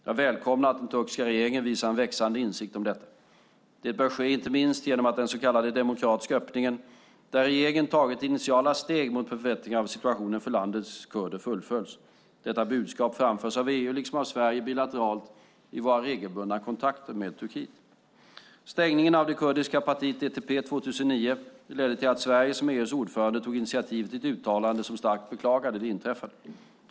Jag välkomnar att den turkiska regeringen visat en växande insikt om detta. Det bör ske inte minst genom att den så kallade demokratiska öppningen, där regeringen tagit initiala steg mot förbättringar av situationen för landets kurder, fullföljs. Detta budskap framförs av EU liksom av Sverige bilateralt i våra regelbundna kontakter med Turkiet. Stängningen av det kurdiska partiet DTP 2009 ledde till att Sverige som EU:s ordförande tog initiativ till ett uttalande som starkt beklagade det inträffade.